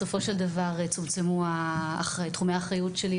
בסופו של דבר צומצמו תחומי האחריות שלי,